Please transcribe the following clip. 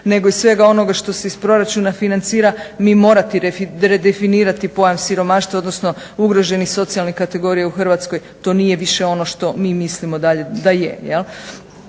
nego i svega onoga što se iz proračuna financira, mi morati redefinirati pojam siromaštva, odnosno ugroženih socijalnih kategorija u Hrvatskoj. To nije više ono što mi mislimo da je.